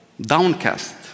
downcast